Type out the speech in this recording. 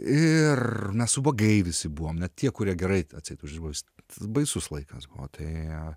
ir nes ubagai visi buvom net tie kurie gerai atseit už mus tas baisus laikas buvo tai